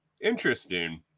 Interesting